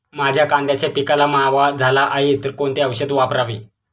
माझ्या कांद्याच्या पिकाला मावा झाला आहे तर कोणते औषध वापरावे?